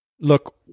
look